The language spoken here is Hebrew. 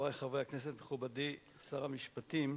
חברי חברי הכנסת, מכובדי שר המשפטים,